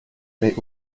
mais